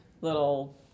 little